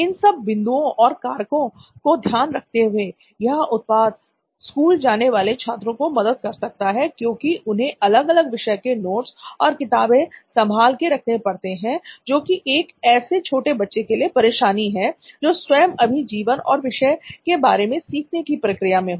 इन सब बिंदुओं और कारको को ध्यान रखते हुए यह उत्पाद स्कूल जाने वाले छात्रों को मदद कर सकता है क्योंकि उन्हें अलग अलग विषय के नोट्स और किताबें संभाल के रखने पड़ते हैं जो कि एक ऐसे छोटे बच्चे के लिए परेशानी है जो कि स्वयं अभी जीवन और विषय के बारे में सीखने की प्रक्रिया में हो